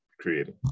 creating